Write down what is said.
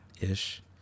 Ish